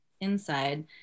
inside